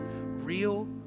real